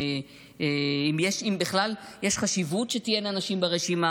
ואם יש בכלל חשיבות שתהיינה נשים ברשימה.